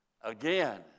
Again